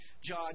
John